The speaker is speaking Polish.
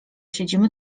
siedzimy